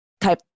type